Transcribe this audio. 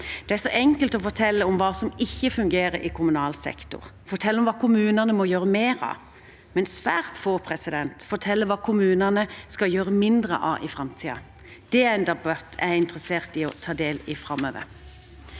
Det er så enkelt å fortelle hva det er som ikke fungerer i kommunal sektor, og hva det er kommunene må gjøre mer av, men svært få forteller hva kommunene skal gjøre mindre av i framtiden. Det er en debatt jeg er interessert i å ta del i framover.